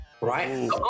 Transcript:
Right